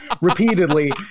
repeatedly